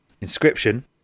inscription